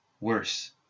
Worse